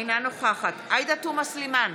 אינה נוכחת עאידה תומא סלימאן,